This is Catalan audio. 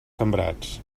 sembrats